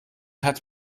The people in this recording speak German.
hat